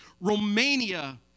Romania